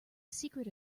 secret